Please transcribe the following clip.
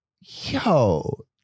Yo